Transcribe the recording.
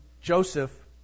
Joseph